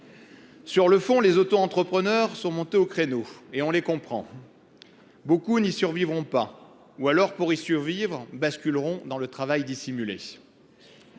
Sur le fond, les autoentrepreneurs sont montés au créneau, et nous les comprenons. Beaucoup n’y survivront pas, sauf à basculer dans le travail dissimulé.